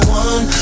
one